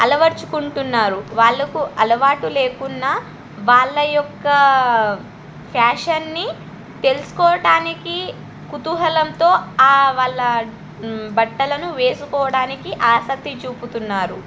అలవర్చుకుంటున్నారు వాళ్లకు అలవాటు లేకున్నా వాళ్ళ యొక్క ఫ్యాషన్ని తెలుసుకోవటానికి కుతూహలంతో వాళ్ళ బట్టలను వేసుకోవడానికి ఆసక్తి చూపుతున్నారు